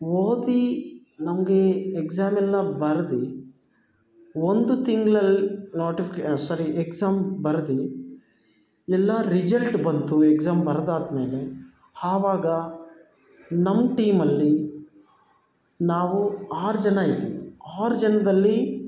ಓದಿ ನಮಗೆ ಎಕ್ಸಾಮೆಲ್ಲ ಬರ್ದು ಒಂದು ತಿಂಗ್ಳಲ್ ನೋಟಿಫಿಕೆ ಸಾರಿ ಎಕ್ಸಾಮ್ ಬರ್ದು ಎಲ್ಲ ರಿಜಲ್ಟ್ ಬಂತು ಎಕ್ಸಾಮ್ ಬರ್ದಾದ ಮೇಲೆ ಆವಾಗ ನಮ್ಮ ಟೀಮಲ್ಲಿ ನಾವು ಆರು ಜನ ಇದ್ವಿ ಆರು ಜನ್ರಲ್ಲಿ